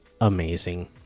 amazing